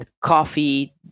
coffee